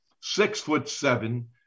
Six-foot-seven